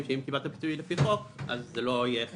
שאם קיבלת פיצוי לפי חוק אז זה לא ייפגע.